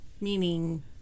meaning